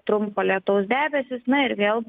trumpo lietaus debesys na ir vėl